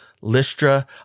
Lystra